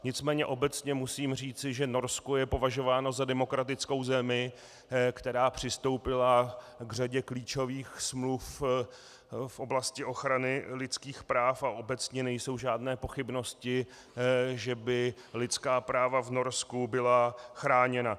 Nicméně obecně musím říci, že Norsko je považováno za demokratickou zemi, která přistoupila k řadě klíčových smluv v oblasti ochrany lidských práv, a obecně nejsou žádné pochybnosti, že by lidská práva v Norsku byla chráněna.